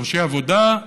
דורשי עבודה,